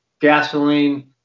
gasoline